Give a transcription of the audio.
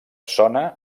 sona